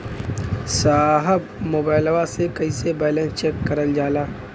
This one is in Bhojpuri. साहब मोबइलवा से कईसे बैलेंस चेक करल जाला?